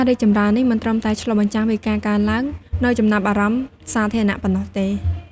ការរីកចម្រើននេះមិនមែនត្រឹមតែឆ្លុះបញ្ចាំងពីការកើនឡើងនូវចំណាប់អារម្មណ៍សាធារណៈប៉ុណ្ណោះទេ។